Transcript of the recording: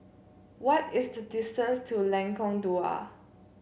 what is the distance to Lengkong Dua